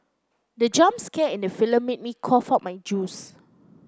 the jump scare in the film made me cough out my juice